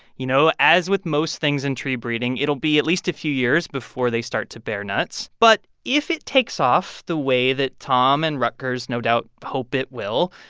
you know, as with most things in tree breeding, it'll be at least a few years before they start to bare nuts. but if it takes off the way that tom and rutgers no doubt hope it will,